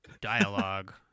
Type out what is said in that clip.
dialogue